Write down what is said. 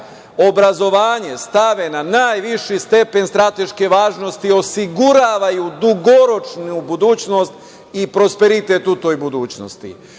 obrazovanje stave na najviši stepen strateške važnosti osiguravaju dugoročnu budućnost i prosperitet u toj budućnosti. Vi